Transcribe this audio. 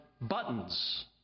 buttons